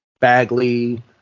Bagley